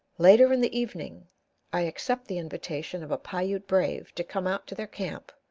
later in the evening i accept the invitation of a piute brave to come out to their camp,